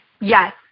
Yes